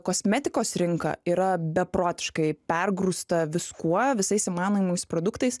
kosmetikos rinka yra beprotiškai pergrūsta viskuo visais įmanomais produktais